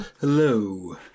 Hello